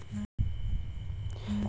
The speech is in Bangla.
গাহাচের ডাল থ্যাইকে ভাইঙে কাটে আমরা উড পায়